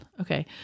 Okay